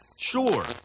Sure